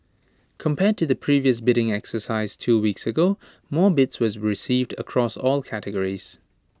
compared to the previous bidding exercise two weeks ago more bids were received across all categories